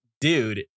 dude